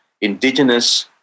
indigenous